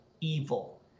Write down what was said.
evil